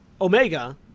Omega